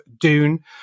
Dune